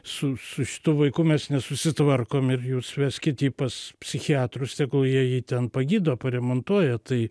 su su šitu vaiku mes nesusitvarkom ir jūs veskit jį pas psichiatrus tegul jie jį ten pagydo paremontuoja tai